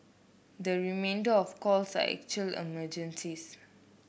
the remainder of calls are actual emergencies